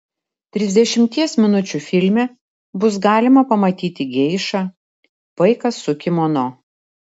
trisdešimties minučių filme bus galima pamatyti geišą vaiką su kimono